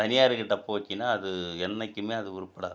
தனியாருக் கிட்ட போச்சுன்னா அது என்றைக்குமே அது உருப்படாது